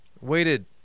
waited